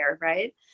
right